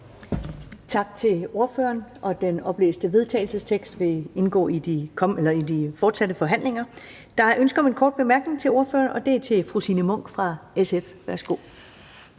Tak til ordføreren. Det fremsatte forslag til vedtagelse vil indgå i de fortsatte forhandlinger. Der er ønske om en kort bemærkning, og det er fra Signe Munk, SF. Værsgo.